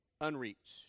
unreached